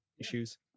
issues